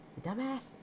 Dumbass